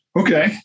Okay